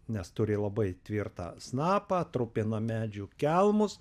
nes turi labai tvirtą snapą trupina medžių kelmus